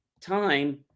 time